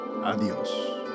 Adiós